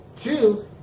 two